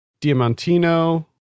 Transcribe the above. Diamantino